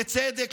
לצדק,